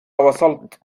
وصلت